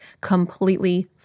completely